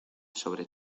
sobre